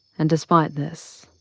and despite this,